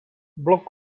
blok